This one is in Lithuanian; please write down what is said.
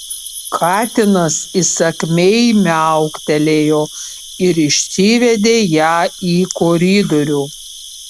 katinas įsakmiai miauktelėjo ir išsivedė ją į koridorių